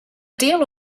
deal